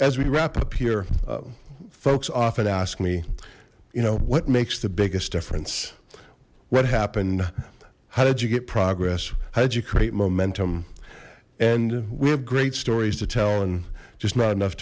as we wrap up here folks often ask me you know what makes the biggest difference what happened how did you get progress how did you create momentum and we have great stories to tell and just not enough